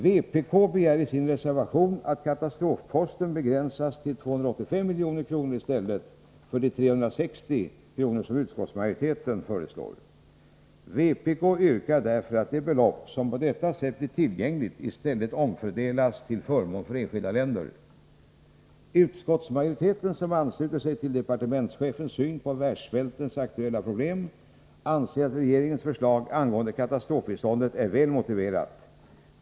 Vpk begär i sin reservation att katastrofposten begränsas till 285 milj.kr. i stället för de 360 milj.kr. som utskottsmajoriteten föreslår. Vpk yrkar därför att det belopp som på detta sätt blir tillgängligt i stället omfördelas till förmån för enskilda länder. Utskottsmajoriteten, som delar departementschefens syn på världssvältens aktuella problem, anser att regeringens förslag angående katastrofbiståndet är väl motiverat.